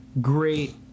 great